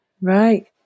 right